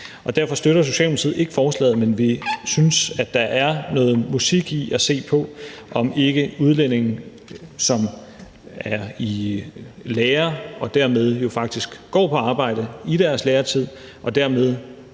Derfor støtter Socialdemokratiet ikke forslaget, men vi synes, at der er noget musik i at se på, om ikke udlændinge, der er i lære og dermed jo faktisk går på arbejde i deres læretid og dermed